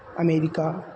America